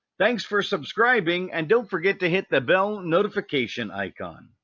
thanks for subscribing and don't forget to hit the bell notification icon.